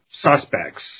suspects